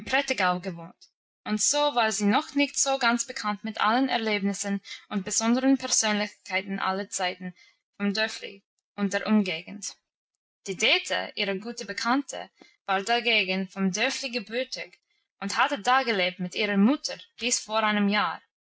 und so war sie noch nicht so ganz bekannt mit allen erlebnissen und besonderen persönlichkeiten aller zeiten vom dörfli und der umgegend die dete ihre gute bekannte war dagegen vom dörfli gebürtig und hatte da gelebt mit ihrer mutter bis vor einem jahr